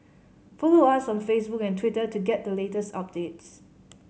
follow us on Facebook and Twitter to get the latest updates